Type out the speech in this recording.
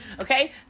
okay